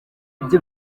ibyo